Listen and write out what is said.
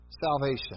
salvation